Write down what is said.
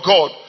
God